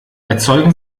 erzeugen